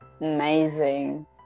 amazing